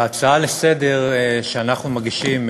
ההצעה לסדר-היום שאנחנו מגישים,